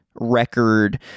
record